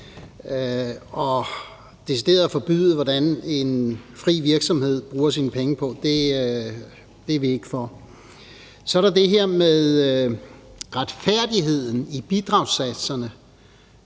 Decideret at forbyde, hvordan en fri virksomhed bruger sine penge, er vi ikke for. Så er der det her med retfærdigheden i bidragssatserne.